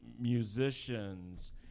musicians